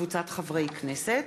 רוברט אילטוב,